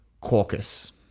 Caucus